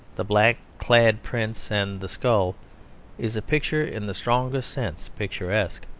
the black-clad prince, and the skull is a picture in the strongest sense picturesque.